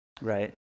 Right